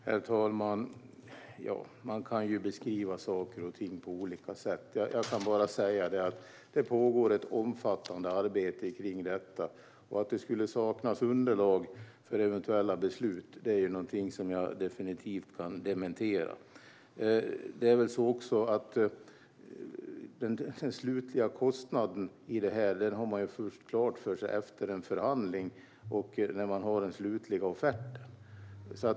Herr talman! Man kan ju beskriva saker och ting på olika sätt. Jag kan bara säga att det pågår ett omfattande arbete med detta. Och att det skulle saknas underlag för eventuella beslut är någonting som jag definitivt kan dementera. Det är väl också så att den slutliga kostnaden i det här har man klar för sig först efter en förhandling, när man har den slutliga offerten.